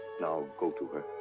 now, go to her.